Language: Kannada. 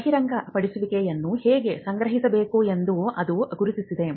ಬಹಿರಂಗಪಡಿಸುವಿಕೆಗಳನ್ನು ಹೇಗೆ ಸಂಗ್ರಹಿಸಬೇಕು ಎಂದು ಅದು ಗುರುತಿಸಿದೆ